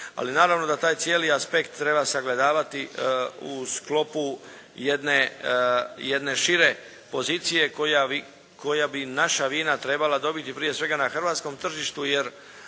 ali naravno da taj cijeli aspekt treba sagledavati u sklopu jedne šire pozicije koja bi naša vina trebala dobiti prije svega na Hrvatskom tržištu, jer